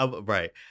right